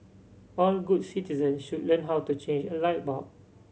all good citizen should learn how to change a light bulb